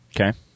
Okay